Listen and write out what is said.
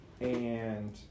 And-